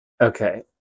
Okay